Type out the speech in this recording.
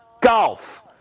golf